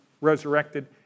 resurrected